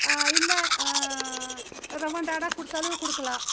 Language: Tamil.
இல்ல கொடுத்தாலும் கொடுக்கலாம்